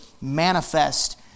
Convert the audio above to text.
manifest